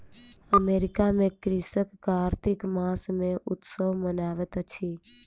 America में कृषक कार्तिक मास मे उत्सव मनबैत अछि